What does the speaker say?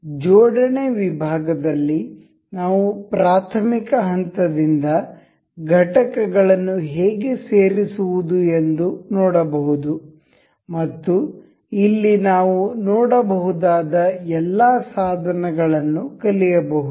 ಆದ್ದರಿಂದ ಜೋಡಣೆ ವಿಭಾಗದಲ್ಲಿ ನಾವು ಪ್ರಾಥಮಿಕ ಹಂತದಿಂದ ಘಟಕಗಳನ್ನು ಹೇಗೆ ಸೇರಿಸುವುದು ಎಂದು ನೋಡಬಹುದು ಮತ್ತು ಇಲ್ಲಿ ನಾವು ನೋಡಬಹುದಾದ ಎಲ್ಲಾ ಸಾಧನಗಳನ್ನು ಕಲಿಯಬಹುದು